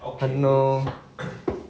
I know